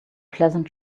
pleasant